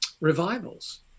revivals